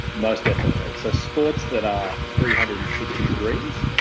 most definitely. so sports that are three hundred and sixty degrees,